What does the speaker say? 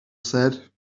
said